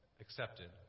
accepted